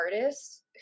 artists